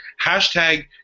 hashtag